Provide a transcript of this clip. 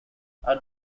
are